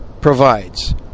provides